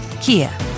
Kia